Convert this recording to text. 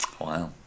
Wow